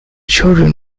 children